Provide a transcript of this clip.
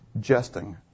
jesting